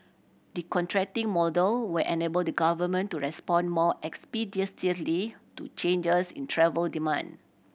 the contracting model will enable the Government to respond more expeditiously to changes in travel demand